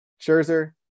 Scherzer